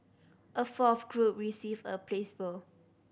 a fourth group received a placebo